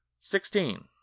sixteen